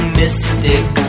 mystic